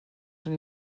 són